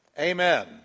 Amen